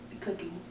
cooking